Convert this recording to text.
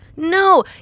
No